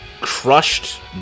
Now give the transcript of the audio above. crushed